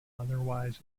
otherwise